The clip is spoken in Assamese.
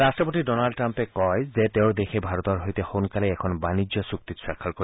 ৰাট্টপতি ডনাল্ড টাম্পে কয় যে তেওঁৰ দেশে ভাৰতৰ সৈতে সোনকালেই এখন বাণিজ্য চুক্তিত স্বাক্ষৰ কৰিব